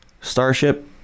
starship